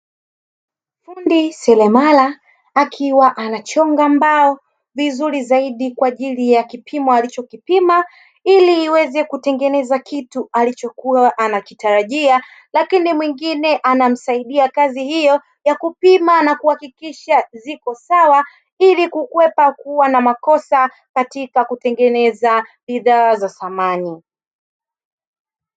Fundi seremala akiwa anachonga mbao vizuri zaidi kwa ajili ya kipimo alichokipima, ili iweze kitu alichokuwa anakitarajia, lakini mwingine anamsaidia kazi hiyo ya kupima na kuhakikisha ziko sawa, ili kukwepa kuwa na makosa katika kutengeneza bidhaa za samani.